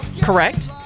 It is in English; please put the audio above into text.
Correct